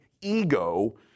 ego